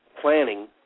planning